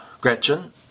Gretchen